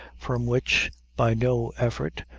from which, by no effort,